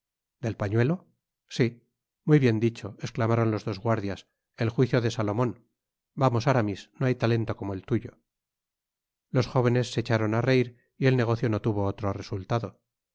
det pañuelo sí muy bien dicho esclamaron los dos guardias el juicio del rey salomon vamos aramis no hay talento como el tuyo los jóvenes se echaron á reir y el negocio no tuvo otro resultado